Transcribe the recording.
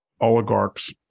oligarchs